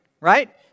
Right